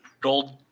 gold